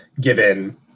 given